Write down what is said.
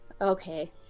okay